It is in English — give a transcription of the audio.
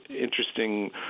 interesting